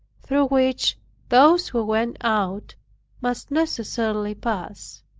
through which those who went out must necessarily pass.